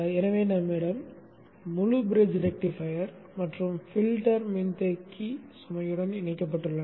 எனவே நம்மிடம் முழு பிரிட்ஜ் ரெக்டிஃபையர் மற்றும் பில்டர் மின்தேக்கி சுமையுடன் இணைக்கப்பட்டுள்ளன